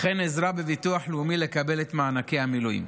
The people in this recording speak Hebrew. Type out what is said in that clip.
וכן עזרה בביטוח לאומי לקבל את מענקי המילואים.